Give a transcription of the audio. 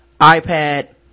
ipad